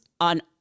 on